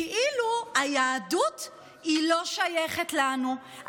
כאילו היהדות לא שייכת לנו,